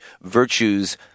virtues